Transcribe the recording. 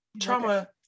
Trauma